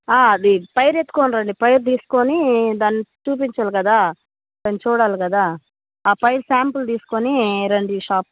అది పైరెత్తుకుని రండి పైరు తీసుకుని దాని చూపించాలి కదా దాన్ని చూడాలి కదా ఆ పైరు శాంపుల్ తీసుకుని రండి షాప్కి